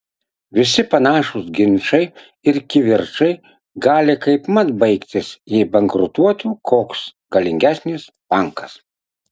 visi panašūs ginčai ir kivirčai gali kaipmat baigtis jei bankrutuotų koks galingesnis bankas